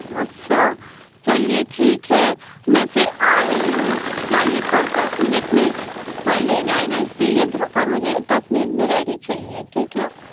اچھا چلیے ٹھیک ہے میں پھر آ رہی ہوں کیا یہ پھل دس منٹ میں پر لینا ہے نا اس لیے یہ پھل مجھے دس منٹ میں ریڈی چاہئیں ٹھیک ہے